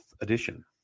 edition